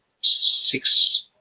six